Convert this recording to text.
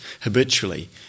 habitually